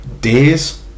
days